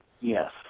Yes